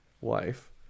wife